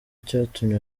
icyatumye